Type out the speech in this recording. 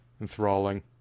enthralling